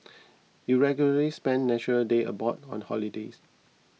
you regularly spend National Day abroad on holidays